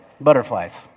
butterflies